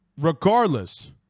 Regardless